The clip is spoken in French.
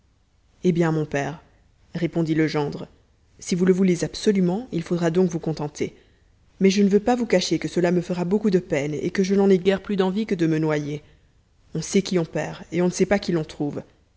eh bien mon père répondit le gendre si vous le voulez absolument il faudra donc vous contenter mais je ne veux pas vous cacher que cela me fera beaucoup de peine et que je n'en ai guère plus d'envie que de me noyer on sait qui on perd et on ne sait pas qui l'on trouve